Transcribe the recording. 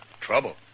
Trouble